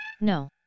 no